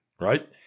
right